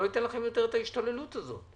אני לא אתן לכם יותר את ההשתוללות הזאת.